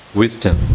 wisdom